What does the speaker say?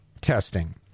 testing